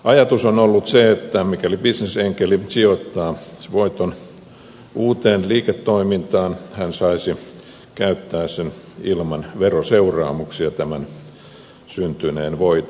ajatus on ollut se että mikäli bisnesenkeli sijoittaa voiton uuteen liiketoimintaan hän saisi käyttää ilman veroseuraamuksia tämän syntyneen voiton